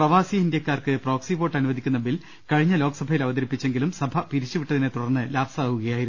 പ്രവാസി ഇന്ത്യക്കാർക്ക് proxy vote അനുവദിക്കുന്ന ബിൽ കഴിഞ്ഞ ലോക്സഭയിൽ അവതരിപ്പിച്ചെ ങ്കിലും സഭ പിരിച്ചുവിട്ടതിനെ തുടർന്ന് ലാപ്സാവുകയായിരുന്നു